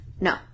No